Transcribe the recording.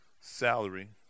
salary